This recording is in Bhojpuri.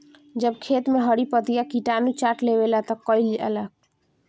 जब खेत मे हरी पतीया किटानु चाट लेवेला तऽ का कईल जाई?